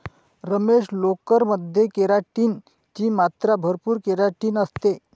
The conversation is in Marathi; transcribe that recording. रमेश, लोकर मध्ये केराटिन ची मात्रा भरपूर केराटिन असते